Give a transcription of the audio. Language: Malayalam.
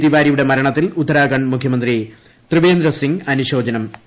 തിവാരിയുടെ മരണത്തിൽ ഉത്തരാഖണ്ഡ് മുഖ്യമന്ത്രി ത്രിവേന്ദ്ര സിംഗ് അനുശോചനം അറിയിച്ചു